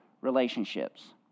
relationships